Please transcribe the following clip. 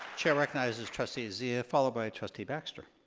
chair recognizes trustee zia followed by trustee baxter.